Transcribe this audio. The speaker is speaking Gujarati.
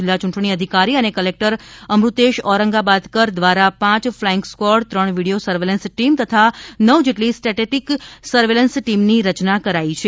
જિલ્લા યૂંટણી અધિકારી અને કલેકટર અમૃતેશ ઔરંગાબાદકર દ્વારા પાંચ ફલાઇંગ સ્કવોડ ત્રણ વિડિયો સર્વેલન્સ ટીમ તથા નવ જેટલી સ્ટેટીક સર્વેલન્સ ટીમની રચના કરાઇ છે